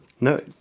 no